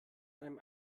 einem